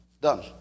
Done